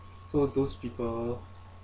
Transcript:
so those people